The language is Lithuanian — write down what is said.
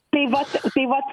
tai vat tai vat